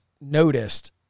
noticed